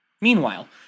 Meanwhile